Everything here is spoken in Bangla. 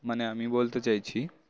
মানে আমি বলতে চাইছি